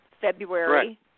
February